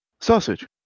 sausage